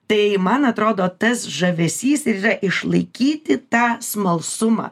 tai man atrodo tas žavesys ir yra išlaikyti tą smalsumą